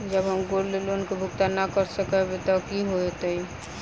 जँ हम gold loan केँ भुगतान न करऽ सकबै तऽ की होत?